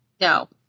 No